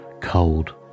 cold